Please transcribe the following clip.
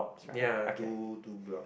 ya two two block